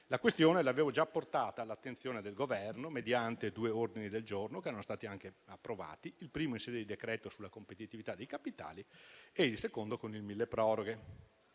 La questione l'avevo già portata all'attenzione del Governo mediante due ordini del giorno, che erano stati anche approvati: il primo in sede di decreto sulla competitività dei capitali e il secondo con il milleproroghe.